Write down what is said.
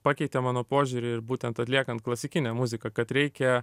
pakeitė mano požiūrį ir būtent atliekant klasikinę muziką kad reikia